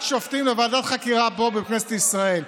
שופטים לוועדת חקירה פה בכנסת ישראל.